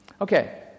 Okay